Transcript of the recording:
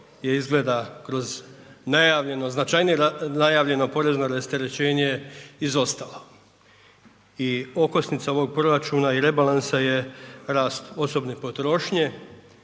je izgleda kroz najavljeno, značajnije najavljeno porezno rasterećenje, izostalo i okosnica ovog proračuna i rebalansa je rast osobne potrošnje,